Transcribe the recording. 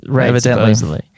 evidently